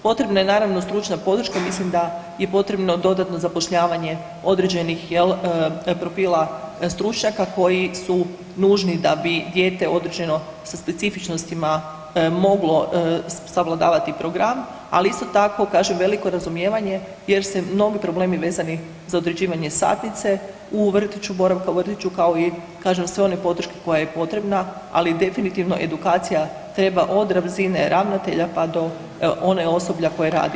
Potrebna je naravno stručna podrška, mislim da je potrebno dodatno zapošljavanje određenih jel profila stručnjaka koji su nužni da bi dijete određeno sa specifičnostima moglo savladavati program, ali isto tako kažem veliko razumijevanje jer se mnogi problemi vezani za određivanje satnice u vrtiću, boravka u vrtiću kao i kažem sve one podrške koja je potrebna, ali definitivno edukacija treba od razine ravnatelja pa do onog osoblja koje radi u ustanovi.